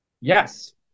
Yes